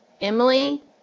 Emily